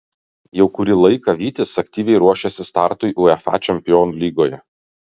jau kurį laiką vytis aktyviai ruošiasi startui uefa čempionų lygoje